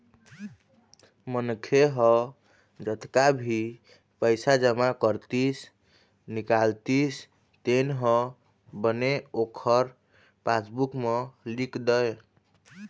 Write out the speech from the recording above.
मनखे ह जतका भी पइसा जमा करतिस, निकालतिस तेन ह बने ओखर पासबूक म लिख दय